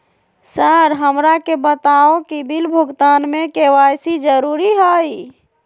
Sir हमरा के बताओ कि बिल भुगतान में के.वाई.सी जरूरी हाई?